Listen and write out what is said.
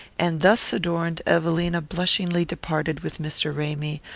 and thus adorned evelina blushingly departed with mr. ramy,